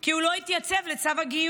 כי הוא לא התייצב לצו הגיוס.